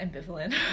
Ambivalent